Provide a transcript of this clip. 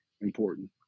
important